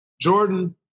Jordan